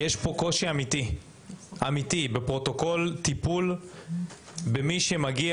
יש פה קושי אמיתי בפרוטוקול טיפול במי שמגיע